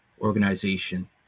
organization